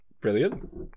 Brilliant